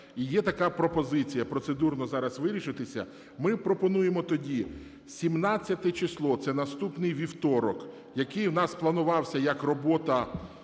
І є така пропозиція процедурно зараз вирішитися. Ми пропонуємо тоді 17 число, це наступний вівторок, який у нас планувався як робота